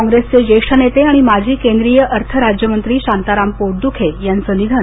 कोँग्रेसचे ज्येष्ठ नेते आणि माजी केंद्रीय अर्थ राज्यमंत्री शांताराम पोटदुखे यांचं निधन